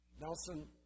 Nelson